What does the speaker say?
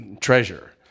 treasure